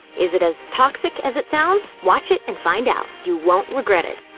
is it as toxic as it sounds? watch it and find out you won't regret it.